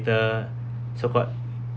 so-called